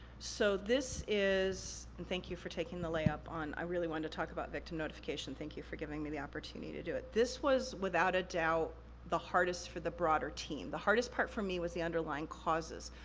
so, this is, and thank you for taking the layup on, i really wanted to talk about victim notification, thank you for giving me the opportunity to do it. this was without a doubt the hardest for the broader team. the hardest part for me was the underlying causes.